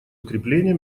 укрепления